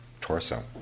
torso